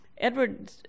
Edward